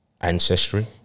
Ancestry